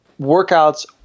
workouts